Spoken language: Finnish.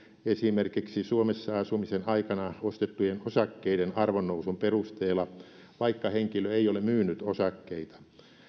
esimerkiksi suomessa asumisen aikana ostettujen osakkeiden arvonnousun perusteella vaikka henkilö ei ole myynyt osakkeita